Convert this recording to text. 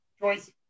Joyce